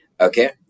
okay